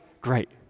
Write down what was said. great